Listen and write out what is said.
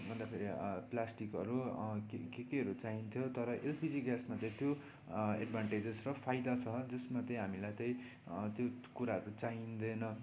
अन्त फेरि प्लास्टिकहरू के केहरू चाहिन्थ्यो तर एलपिजी ग्यासमा त्यही त्यो एडभान्टेजेस र फाइदा छ जसमा त्यही हामीलाई त्यही त्यो कुराहरू चाहिँदैन